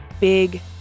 big